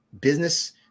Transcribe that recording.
business